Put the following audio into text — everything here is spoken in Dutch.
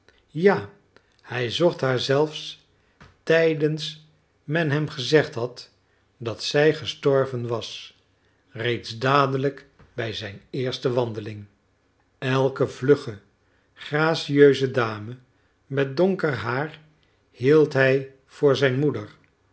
ja hij zocht haar zelfs tijdens men hem gezegd had dat zij gestorven was reeds dadelijk bij zijn eerste wandeling elke vlugge gracieuse dame met donker haar hield hij voor zijn moeder